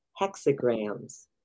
hexagrams